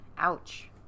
Ouch